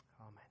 Amen